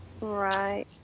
right